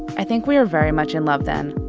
i think we were very much in love then.